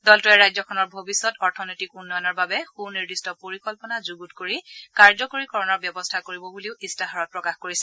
দলটোৱে ৰাজ্যখনৰ ভৱিষ্যত অৰ্থনৈতিক উন্নয়নৰ বাবে সুনিৰ্দিষ্ট পৰিকল্পনা যুণত কৰি কাৰ্যকৰীকৰণৰ ব্যৱস্থা কৰিব বুলিও ইস্তাহাৰত প্ৰকাশ কৰিছে